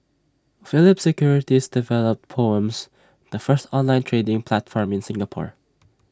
Phillip securities developed poems the first online trading platform in Singapore